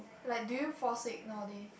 like do you fall sick nowadays